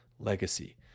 legacy